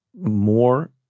more